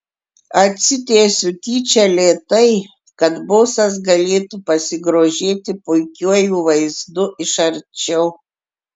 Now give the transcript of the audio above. atsitiesiu tyčia lėtai kad bosas galėtų pasigrožėti puikiuoju vaizdu iš arčiau